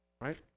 Right